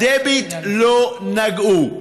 בדביט לא נגעו.